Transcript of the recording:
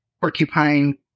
porcupine